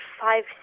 five